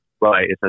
Right